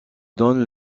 donne